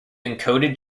encoded